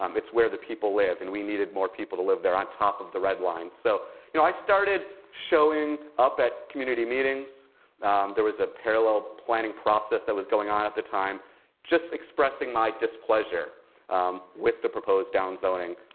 um it's where the people live and we needed more people to live there on top of the red line. so you know i started showing up at community meetings there was a parallel planning process that was going on at the time just expressing my displeasure with the proposed down zoning.